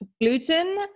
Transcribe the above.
Gluten